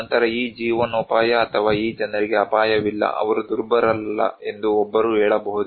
ನಂತರ ಈ ಜೀವನೋಪಾಯ ಅಥವಾ ಈ ಜನರಿಗೆ ಅಪಾಯವಿಲ್ಲ ಅವರು ದುರ್ಬಲರಲ್ಲ ಎಂದು ಒಬ್ಬರು ಹೇಳಬಹುದು